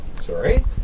Sorry